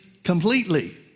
Completely